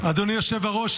אדוני היושב-ראש,